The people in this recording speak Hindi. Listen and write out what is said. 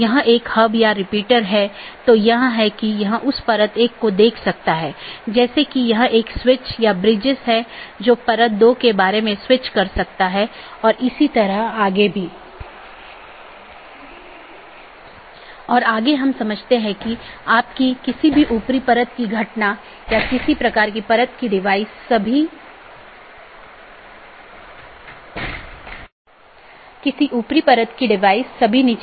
यदि हम पूरे इंटरनेट या नेटवर्क के नेटवर्क को देखते हैं तो किसी भी सूचना को आगे बढ़ाने के लिए या किसी एक सिस्टम या एक नेटवर्क से दूसरे नेटवर्क पर भेजने के लिए इसे कई नेटवर्क और ऑटॉनमस सिस्टमों से गुजरना होगा